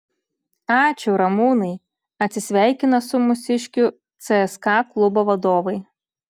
ačiū ramūnai atsisveikina su mūsiškiu cska klubo vadovai